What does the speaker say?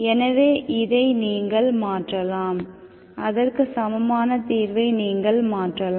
எனவே இதை நீங்கள் மாற்றலாம் அதற்கு சமமான தீர்வை நீங்கள் மாற்றலாம்